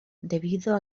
debido